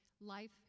Life